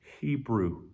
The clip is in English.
Hebrew